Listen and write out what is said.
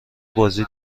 بازی